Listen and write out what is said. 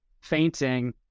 fainting